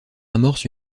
amorce